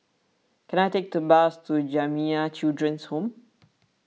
can I take to bus to Jamiyah Children's Home